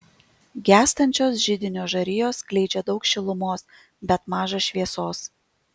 gęstančios židinio žarijos skleidžia daug šilumos bet maža šviesos